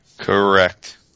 Correct